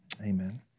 Amen